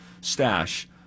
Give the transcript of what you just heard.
stash